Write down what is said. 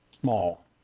small